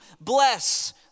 bless